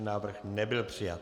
Návrh nebyl přijat.